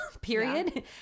period